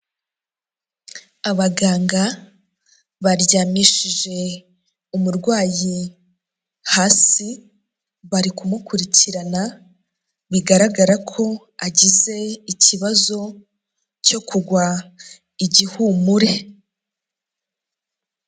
Abaganga baryamishije umurwayi hasi bari kumukurikirana bigaragara ko agize ikibazo cyo kugwa igihumure.